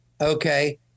Okay